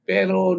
Pero